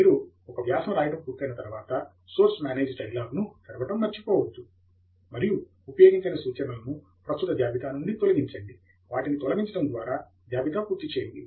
మీరు ఒక వ్యాసం రాయడం పూర్తయిన తర్వాత సోర్స్ మ్యానేజ్ డైలాగ్ ను తెరవడం మర్చిపోవద్దు మరియు ఉపయోగించని సూచనలను ప్రస్తుత జాబితా నుండి తొలగించండి వాటిని తొలగించడం ద్వారా జాబితా పూర్తి చేయండి